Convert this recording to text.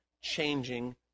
changing